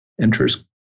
enters